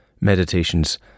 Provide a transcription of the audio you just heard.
meditations